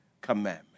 commandment